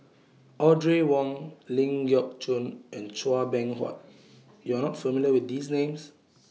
Audrey Wong Ling Geok Choon and Chua Beng Huat YOU Are not familiar with These Names